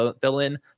fill-in